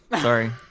Sorry